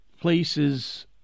places